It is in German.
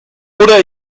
oder